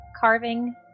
carving